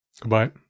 goodbye